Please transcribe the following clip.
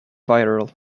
viral